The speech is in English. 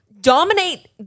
dominate